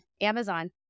Amazon